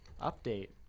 Update